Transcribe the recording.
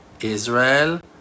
Israel